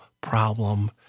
problem